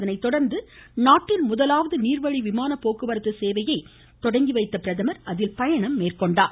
அதனைத்தொடர்ந்து நாட்டின் முதலாவது நீர்வழி விமானப் போக்குவரத்து சேவையை தொடங்கி வைத்த பிரதமர் அதில் பயணம் மேற்கொண்டார்